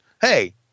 Hey